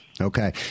Okay